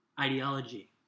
ideology